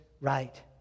right